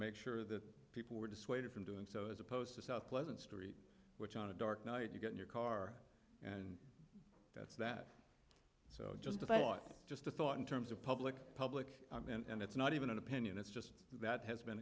make sure that people were dissuaded from doing so as opposed to south pleasant street which on a dark night you get in your car and that's that so just a thought just a thought in terms of public public and it's not even an opinion it's just that has been